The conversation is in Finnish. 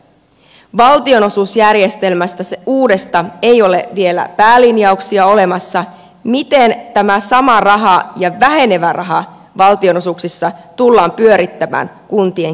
uudesta valtionosuusjärjestelmästä ei ole vielä päälinjauksia olemassa miten tämä sama raha ja vähenevä raha valtionosuuksissa tullaan pyörittämään kuntien kesken